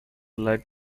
legg